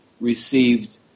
received